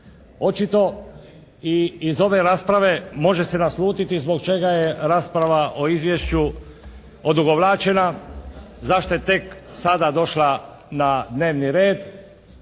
Očito i iz ove rasprave može se naslutiti zbog čega je rasprava o izvješću odugovlačeno, zašto je tek sada došla na dnevni red